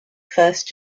first